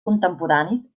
contemporanis